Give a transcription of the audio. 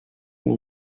who